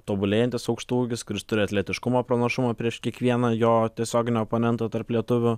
tobulėjantis aukštaūgis kuris turi atletiškumo pranašumą prieš kiekvieną jo tiesioginio oponento tarp lietuvių